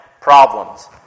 problems